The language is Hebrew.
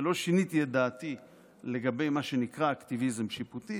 ולא שיניתי את דעתי לגבי מה שנקרא "אקטיביזם שיפוטי".